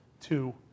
two